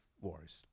wars